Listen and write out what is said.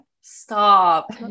Stop